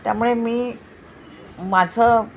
त्यामुळे मी माझं